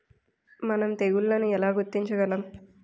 మనం తెగుళ్లను ఎలా గుర్తించగలం?